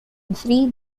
three